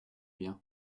bien